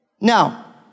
Now